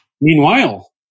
Meanwhile